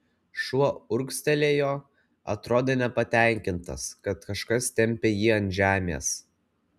šuo urgztelėjo atrodė nepatenkintas kad kažkas tempia jį ant žemės